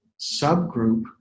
subgroup